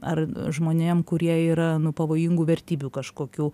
ar žmonėm kurie yra nu pavojingų vertybių kažkokių